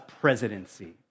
presidency